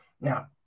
Now